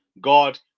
God